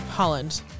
Holland